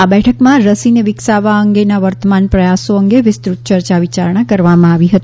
આ બેઠકમાં રસીને વિકસાવવા અંગેના વર્તમાન પ્રયાસો અંગે વિસ્તૃત ચર્ચા વિચારણા કરવામાં આવી હતી